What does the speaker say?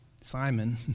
Simon